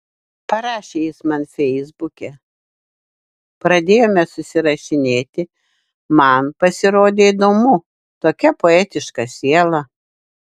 parašė jis man feisbuke pradėjome susirašinėti man pasirodė įdomu tokia poetiška siela